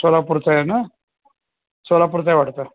सोलापुरचा आहे ना सोलापुरचा आहे वाटतं